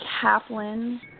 Kaplan